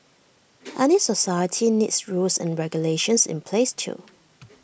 any society needs rules and regulations in place too